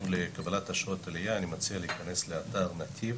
לקבלת אשרות עלייה אני מציע להיכנס לאתר נתיב